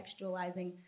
contextualizing